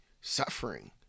suffering